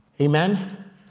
Amen